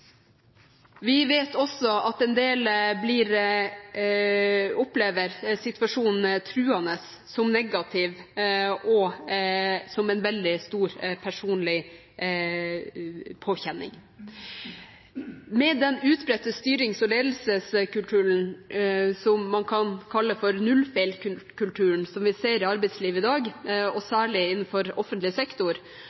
Vi vet også at en del opplever situasjonen som truende, negativ og en veldig stor personlig påkjenning. Med den utbredte styrings- og ledelseskulturen som man kan kalle for «nullfeilskulturen» – som vi ser i arbeidslivet i dag,